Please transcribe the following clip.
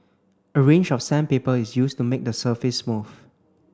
a range of sandpaper is used to make the surface smooth